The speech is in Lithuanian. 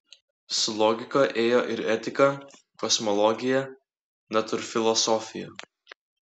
su logika ėjo ir etika kosmologija natūrfilosofija